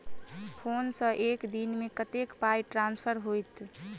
Phone सँ एक दिनमे कतेक पाई ट्रान्सफर होइत?